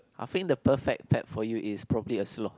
I fling the perfect pet for you is probably a sloth